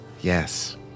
Yes